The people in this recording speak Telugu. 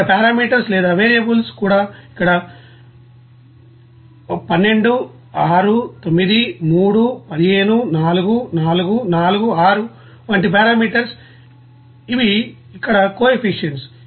ఇక్కడ పారామీటర్స్ లేదా వేరియబుల్స్ కూడా ఇక్కడ 12 6 9 3 15 4 4 4 6 వంటి పారామీటర్స్ ఇవి ఇక్కడ కోఎఫిసిఎంట్స్